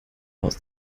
aus